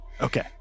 Okay